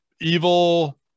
evil